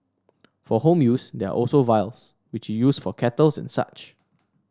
for home use there are also vials which you use for kettles and such